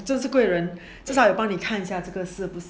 你这只贵人至少有帮你看一下这个是不是